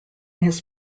his